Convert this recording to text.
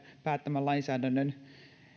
päättämän lainsäädännön